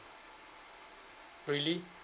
really